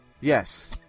Yes